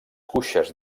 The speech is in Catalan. cuixes